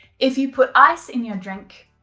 if you put ice in your drink,